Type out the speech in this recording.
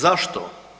Zašto?